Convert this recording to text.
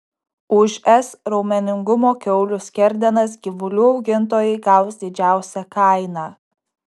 už s raumeningumo kiaulių skerdenas gyvulių augintojai gaus didžiausią kainą